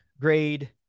grade